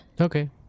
okay